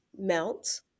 melt